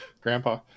Grandpa